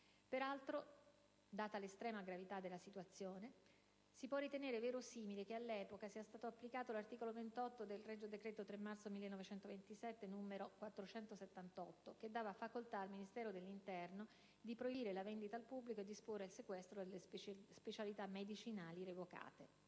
Peraltro, data l'estrema gravità della situazione, si può ritenere verosimile che, all'epoca, sia stato applicato l'articolo 28 del regio decreto 3 marzo 1927, n. 478, che dava facoltà al Ministero dell'interno di proibire la vendita al pubblico e disporre il sequestro delle specialità medicinali revocate.